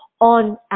on